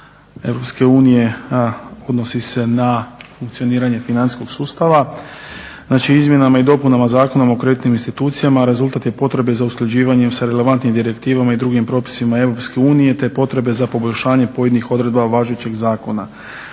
EU, odnosi se na funkcioniranje financijskog sustava. Znači izmjenama i dopunama Zakona o kreditnim institucijama rezultat je potrebe za usklađivanje sa relevantnim direktivama i drugim propisima EU te potrebe za poboljšanje pojedinih odredba važećeg zakona.